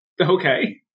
Okay